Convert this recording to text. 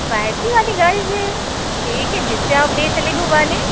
बैटी वाली गाड़ी से ठीक है जिससे आप ले चलें घुमाने